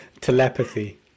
telepathy